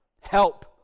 help